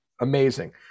amazing